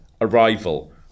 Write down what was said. Arrival